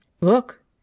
Look